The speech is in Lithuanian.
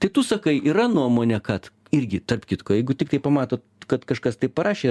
tai tu sakai yra nuomonė kad irgi tarp kitko jeigu tiktai pamato kad kažkas tai parašė